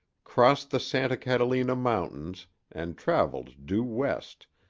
crossed the santa catalina mountains and traveled due west,